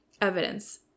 evidence